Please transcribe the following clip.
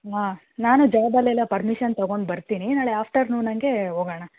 ಹಾಂ ನಾನು ಜಾಬಲೆಲ್ಲ ಪರ್ಮಿಷನ್ ತಗೊಂಡು ಬರ್ತೀನಿ ನಾಳೆ ಆಫ್ಟರ್ನೂನ್ ಹಂಗೆ ಹೋಗಣ